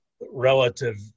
relative